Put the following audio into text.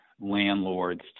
landlords